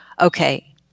okay